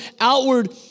outward